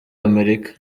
amerika